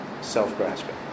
self-grasping